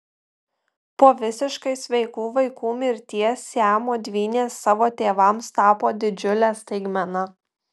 po visiškai sveikų vaikų mirties siamo dvynės savo tėvams tapo didžiule staigmena